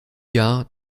jahr